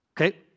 Okay